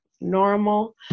normal